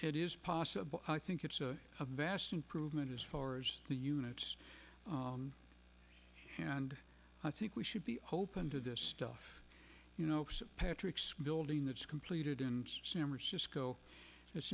it is possible i think it's a vast improvement as far as the units and i think we should be open to this stuff you know patrick's mildewing that's completed in samara cisco it's